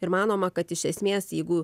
ir manoma kad iš esmės jeigu